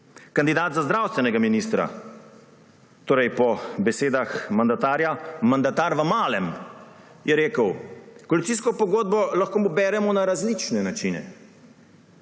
Kandidat za zdravstvenega ministra, torej po besedah mandatarja mandatar v malem, je rekel: »Koalicijsko pogodbo lahko beremo na različne načine.«